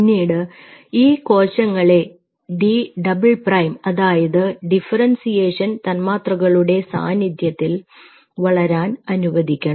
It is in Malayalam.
പിന്നീട് ഈ കോശങ്ങളെ ഡി ഡബിൾ പ്രൈം അതായത് ഡിഫറെൻസിയേഷൻ തന്മാത്രകളുടെ സാന്നിധ്യത്തിൽ വളരാൻ അനുവദിക്കണം